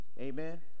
Amen